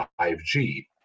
5G